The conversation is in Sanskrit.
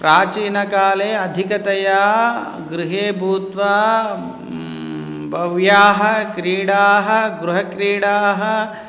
प्राचीनकाले अधिकतया गृहे भूत्वा भव्याः क्रीडाः गृहक्रीडाः